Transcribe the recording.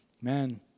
man